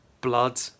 Blood